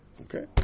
Okay